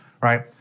right